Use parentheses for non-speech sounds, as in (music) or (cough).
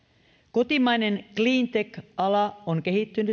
kotimainen cleantech ala on kehittynyt (unintelligible)